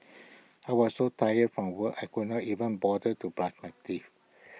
I was so tired from work I could not even bother to brush my teeth